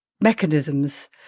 mechanisms